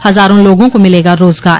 हजारों लागों को मिलेगा रोजगार